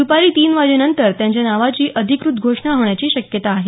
द्पारी तीन वाजेनंतर त्यांच्या नावाची अधिकृत घोषणा होण्याची शक्यता आहे